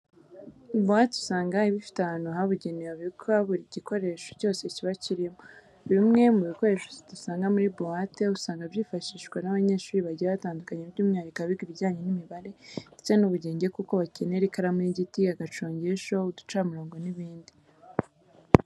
Buwate usanga iba ifite ahantu habugenewe habikwa buri gikoresho cyose kiba kirimo. Bimwe mu bikoresho dusanga muri buwate usanga byifashishwa n'abanyeshuri bagiye batandukanye by'umwihariko abiga ibijyanye n'imibare ndetse n'ubugenge kuko bakenera ikaramu y'igiti, agacongesho, uducamurongo n'ibindi.